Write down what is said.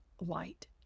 light